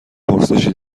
پرسشی